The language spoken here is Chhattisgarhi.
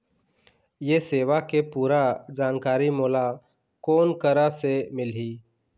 ये सेवा के पूरा जानकारी मोला कोन करा से मिलही?